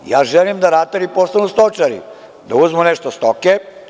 Ja želim da ratari postanu stočari, da uzmu nešto stoke.